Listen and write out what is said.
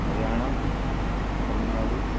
Haryana Tamil Nadu